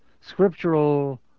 scriptural